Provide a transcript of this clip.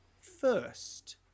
first